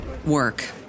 work